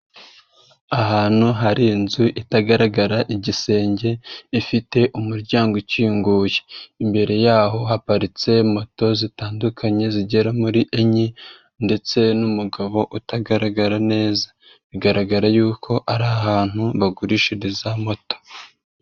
Ahantu hari inzu itagaragara igisenge, ifite umuryango ukinguye, imbere yaho haparitse moto zitandukanye zigera muri enye ndetse n'umugabo utagaragara neza, bigaragara yuko ari ahantu bagurishiriza moto.